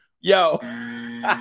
Yo